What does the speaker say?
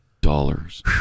dollars